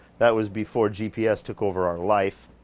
that was before gps took over our life.